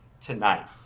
tonight